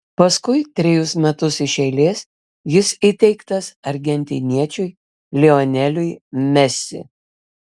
paskui trejus metus iš eilės jis įteiktas argentiniečiui lioneliui messi